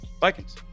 vikings